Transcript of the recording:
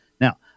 Now